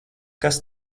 kas